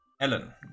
Ellen